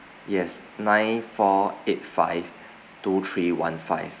yes nine four eight five two three one five